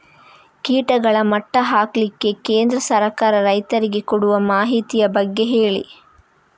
ಕೀಟಗಳ ಮಟ್ಟ ಹಾಕ್ಲಿಕ್ಕೆ ಕೇಂದ್ರ ಸರ್ಕಾರ ರೈತರಿಗೆ ಕೊಡುವ ಮಾಹಿತಿಯ ಬಗ್ಗೆ ಹೇಳಿ